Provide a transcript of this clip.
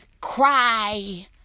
cry